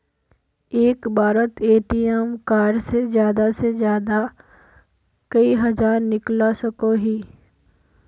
एक बारोत ATM card से ज्यादा से ज्यादा कई हजार निकलवा सकोहो ही?